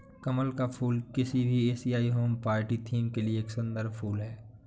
कमल का फूल किसी भी एशियाई होम पार्टी थीम के लिए एक सुंदर फुल है